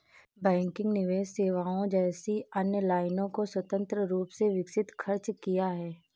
banking निवेश सेवाओं जैसी अन्य लाइनों को स्वतंत्र रूप से विकसित खर्च किया है